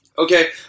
Okay